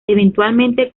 eventualmente